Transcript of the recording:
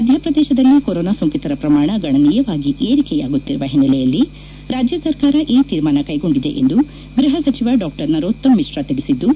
ಮಧ್ಯಪ್ರದೇಶದಲ್ಲಿ ಕೊರೋನಾ ಸೋಂಕಿತರ ಪ್ರಮಾಣ ಗಣನೀಯವಾಗಿ ಏರಿಕೆಯಾಗುತ್ತಿರುವ ಹಿನ್ನೆಲೆಯಲ್ಲಿ ರಾಜ್ಯ ಸರ್ಕಾರ ಈ ತೀರ್ಮಾನ ಕೈಗೊಂಡಿದೆ ಎಂದು ಗೃಹ ಸಚವ ಡಾಕ್ಷರ್ ನರೋತ್ತಮ್ ಮಿಶ್ರ ತಿಳಿಸಿದ್ದು